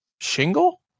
shingle